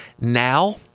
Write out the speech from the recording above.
Now